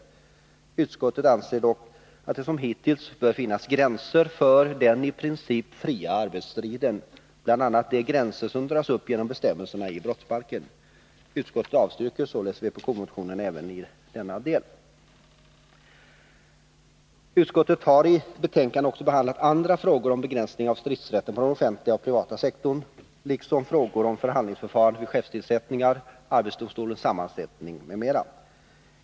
Utskottet anser dock att det som hittills bör finnas gränser för den i princip fria arbetsstriden, bl.a. de gränser som dras upp genom bestämmelserna i brottsbalken. Utskottet avstyrker således vpk-motionen även i denna del. Utskottet har i betänkandet också behandlat andra frågor om begränsning av stridsrätten på den offentliga och privata sektorn liksom frågor om förhandlingsförfarandet vid chefstillsättningar, arbetsdomstolens sammansättning m.m.